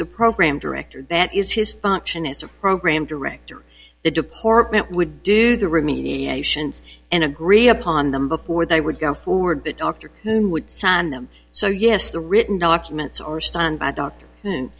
the program director that is his function is a program director the department would do the remediation and agree upon them before they would go forward that doctor would sign them so yes the written documents are stand by dr and